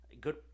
good